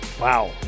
Wow